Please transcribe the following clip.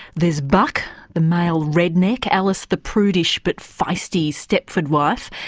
there's buck the male redneck, alice the prudish but feisty stepford wife,